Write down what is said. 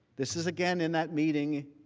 this is again in that meeting